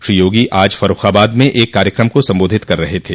श्री योगी आज फर्र्रखाबाद में एक कार्यक्रम को संबोधित कर रहे थे